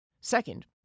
Second